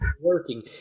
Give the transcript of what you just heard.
working